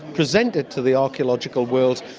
present it to the archaeological world,